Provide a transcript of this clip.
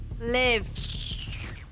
Live